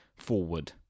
forward